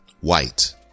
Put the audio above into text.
white